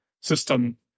system